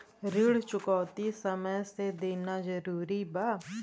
ऋण चुकौती समय से देना जरूरी बा?